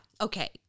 Okay